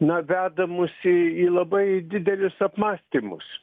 na veda mus į labai didelius apmąstymus